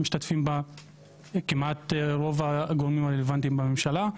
משתתפים בה כמעט רוב הגורמים הרלוונטיים בממשלה.